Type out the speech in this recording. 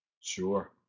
Sure